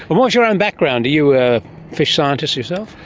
um is your own background? are you a fish scientist yourself?